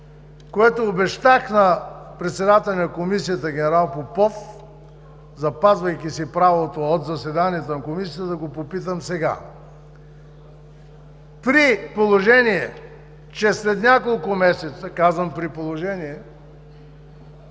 което обещах на председателя на Комисията ген. Попов, запазвайки си правото от заседанието на Комисията, да го попитам сега. При положение, че след няколко месеца, казвам „при положение“,